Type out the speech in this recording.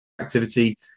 activity